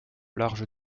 large